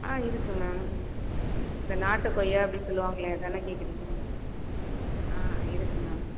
ஆ இருக்குது மேம் இந்த நாட்டு கொய்யா அப்டின்னு சொல்லுவாங்களே அதானே கேட்குறீங்க ஆ இருக்குது மேம்